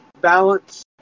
balance